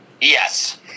Yes